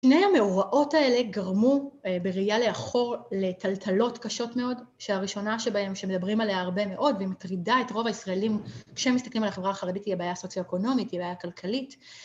‫שני המאורעות האלה גרמו, ‫בראייה לאחור, לטלטלות קשות מאוד, ‫שהראשונה שבהן, ‫שמדברים עליה הרבה מאוד, ‫והיא מטרידה את רוב הישראלים, ‫כשהם מסתכלים על החברה החרדית, ‫היא הבעיה סוציו-אוקונומית, ‫היא הבעיה כלכלית.